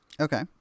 Okay